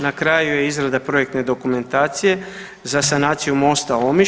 Na kraju je izrada projektne dokumentacije za sanaciju mosta Omiš.